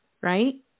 right